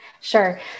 Sure